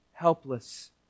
helpless